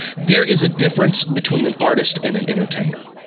there is a difference between an artist and an entertainer